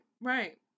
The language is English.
right